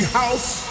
house